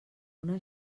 una